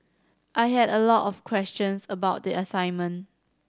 I had a lot of questions about the assignment